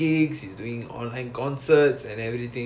eh ya